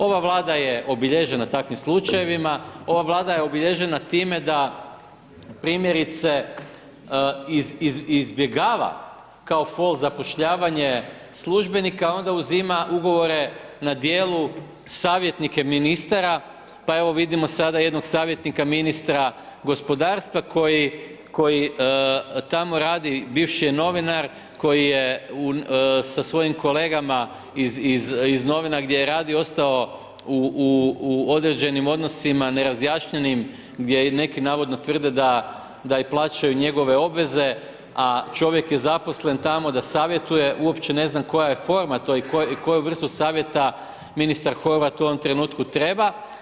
Ova Vlada je obilježena takvim slučajevima, ova Vlada je obilježena time da primjerice izbjegava kao fol zapošljavanje službenika a onda uzima ugovore na djelu, savjetnike ministara pa evo vidimo sada jednog savjetnika ministra gospodarstva koji tamo radi, bivši je novinar koji je sa svojim kolegama iz novina gdje je radio ostao u određenim odnosima nerazjašnjenim gdje neki navodno tvrde da i plaćaju njegove obveze a čovjek je zaposlen tamo da savjetuje, uopće ne znam koja je forma to i koju vrstu savjeta ministar Horvat u ovom trenutku treba.